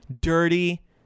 dirty